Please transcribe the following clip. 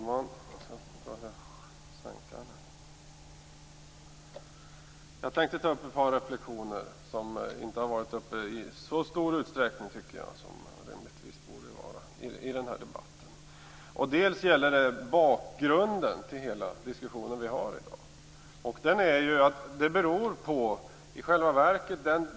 Herr talman! Jag tänker ta upp ett par reflexioner som inte varit uppe i så stor utsträckning i den här debatten som de rimligtvis borde varit. Det gäller först bakgrunden till hela den diskussion vi har i dag.